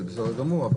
אז זה בסדר גמור,